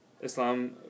Islam